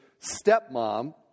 stepmom